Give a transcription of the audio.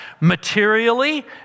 materially